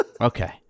Okay